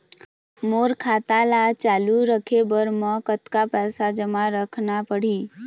मोर खाता ला चालू रखे बर म कतका पैसा जमा रखना पड़ही?